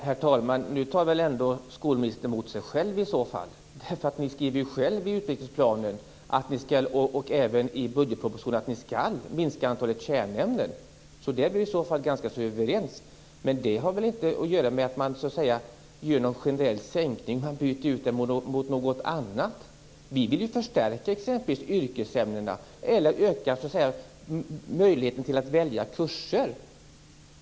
Herr talman! Nu talar väl ändå skolministern mot sig själv i så fall? Ni skriver ju själva i utvecklingsplanen, och även i budgetpropositionen, att ni skall minska antalet kärnämnen. Det är vi i så fall ganska överens om. Det har väl inget att göra med någon generell sänkning? Man byter ju ut mot något annat. Vi vill ju exempelvis förstärka yrkesämnena eller öka möjligheterna att välja kurser.